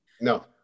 No